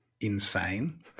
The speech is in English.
insane